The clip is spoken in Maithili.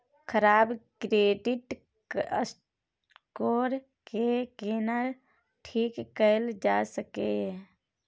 खराब क्रेडिट स्कोर के केना ठीक कैल जा सकै ये?